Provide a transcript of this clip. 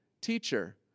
Teacher